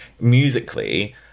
musically